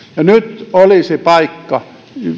nyt olisi paikka